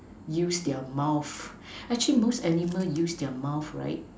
use their mouth actually most animal use their mouth right